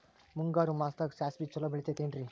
ಮುಂಗಾರು ಮಾಸದಾಗ ಸಾಸ್ವಿ ಛಲೋ ಬೆಳಿತೈತೇನ್ರಿ?